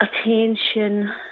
attention